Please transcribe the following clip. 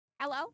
Hello